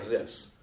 exists